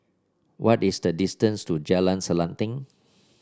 what is the distance to Jalan Selanting